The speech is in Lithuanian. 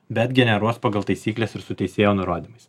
bet generuos pagal taisykles ir su teisėjo nurodymais